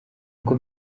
uku